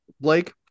Blake